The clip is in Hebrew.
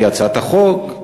לפי הצעת החוק,